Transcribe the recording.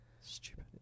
Stupid